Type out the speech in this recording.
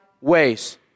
ways